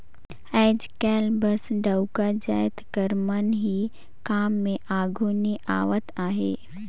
आएज काएल बस डउका जाएत कर मन ही काम में आघु नी आवत अहें